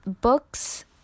books